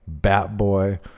Batboy